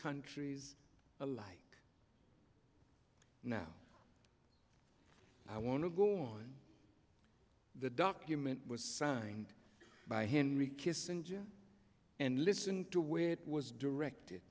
countries like now i want to go on the document was signed by henry kissinger and listen to where it was directed